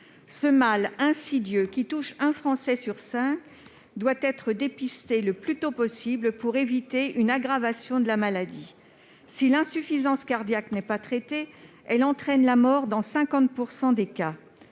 Ce mal insidieux, qui touche un Français sur cinq, doit être dépisté le plus tôt possible pour éviter une aggravation de la maladie. Si l'insuffisance cardiaque n'est pas traitée, elle entraîne la mort dans 50 % des cas.